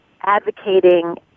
advocating